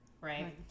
Right